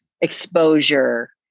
exposure